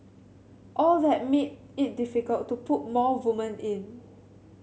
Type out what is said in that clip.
all that made it difficult to put more woman in